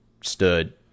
stood